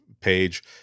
page